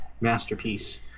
masterpiece